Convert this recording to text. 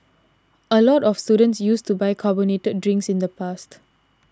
a lot of students used to buy carbonated drinks in the past